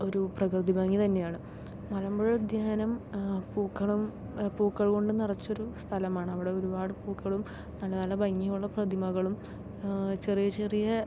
ഒരു പ്രകൃതിഭംഗി തന്നെയാണ് മലമ്പുഴ ഉദ്യാനം പൂക്കളും പൂക്കൾ കൊണ്ട് നിറച്ചൊരു സ്ഥലമാണ് അവിടെ ഒരുപാട് പൂക്കളും നല്ല നല്ല ഭംഗിയുള്ള പ്രതിമകളും ചെറിയ ചെറിയ